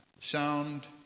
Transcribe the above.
sound